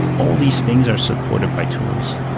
all these things are supported by tools.